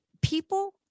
people